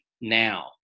now